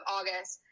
August